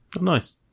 Nice